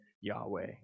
Yahweh